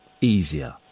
easier